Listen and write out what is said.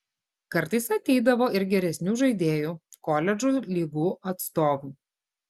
kartais ateidavo ir geresnių žaidėjų koledžų lygų atstovų